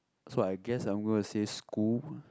so I guess I'm going to say school